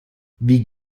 wie